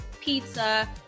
pizza